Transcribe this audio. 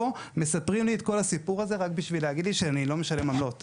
פה מספרים לי את כל הסיפור הזה רק כדי להגיד לי שאני לא משלם עמלות.